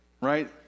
right